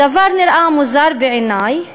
הדבר נראה מוזר בעיני,